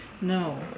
No